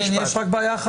יש רק בעיה אחת.